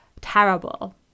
terrible